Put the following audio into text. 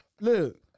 look